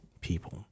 people